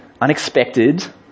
unexpected